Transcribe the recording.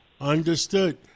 Understood